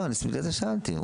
לא, בגלל זה שאלתי.